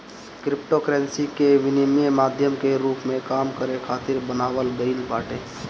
cryptocurrency के विनिमय माध्यम के रूप में काम करे खातिर बनावल गईल बाटे